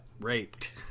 raped